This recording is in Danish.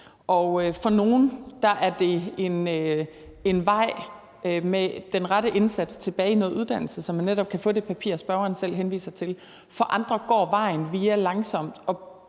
og for nogle er det en vej med den rette indsats at komme tilbage i noget uddannelse, så man netop kan få det papir, som spørgeren selv henviser til. For andre går vejen via langsomt